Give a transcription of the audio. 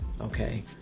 Okay